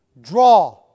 draw